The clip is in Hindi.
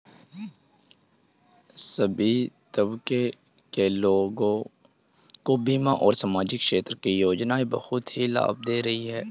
सभी तबके के लोगों को बीमा और सामाजिक क्षेत्र की योजनाएं बहुत ही लाभ दे रही हैं